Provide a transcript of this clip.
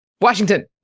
Washington